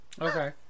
Okay